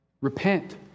Repent